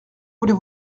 voulez